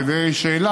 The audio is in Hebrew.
על ידי שאלה,